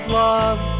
love